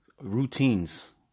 Routines